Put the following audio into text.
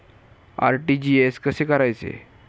RTGS कसे करायचे?